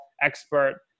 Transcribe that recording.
expert